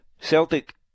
Celtic